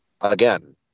Again